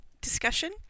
discussion